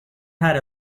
had